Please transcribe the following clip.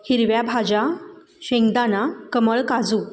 हिरव्या भाज्या शेंगदाणा कमळ काजू